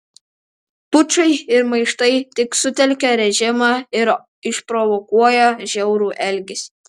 pučai ir maištai tik sutelkia režimą ir išprovokuoja žiaurų elgesį